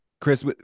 Chris